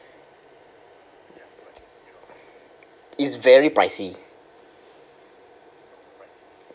it's very pricey